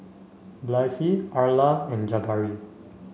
Blaise Arla and Jabari